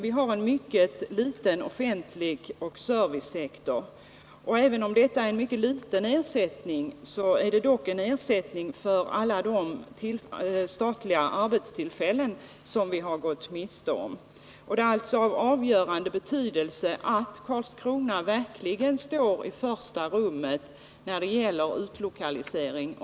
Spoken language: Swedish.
Vi har en mycket liten offentlig sektor och servicesektor. Även om detta är en mycket liten ersättning är det dock en ersättning för alla de statliga arbetstillfällen vi har gått miste om. Det är alltså av avgörande betydelse att Karlskrona verkligen står i första rummet när det gäller utlokalisering.